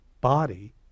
body